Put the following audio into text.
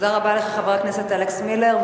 תודה רבה לחבר הכנסת אלכס מילר.